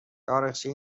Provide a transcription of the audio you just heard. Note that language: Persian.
تاریخچه